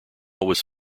was